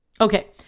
okay